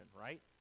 right